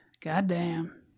Goddamn